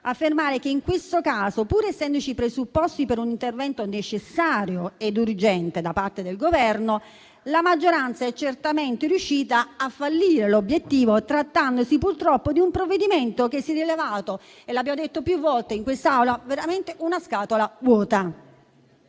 affermare che in questo caso, pur essendoci i presupposti per un intervento necessario ed urgente da parte del Governo, la maggioranza è certamente riuscita a fallire l'obiettivo, trattandosi purtroppo di un provvedimento che si è rivelato - l'abbiamo detto più volte in quest'Aula - veramente una scatola vuota.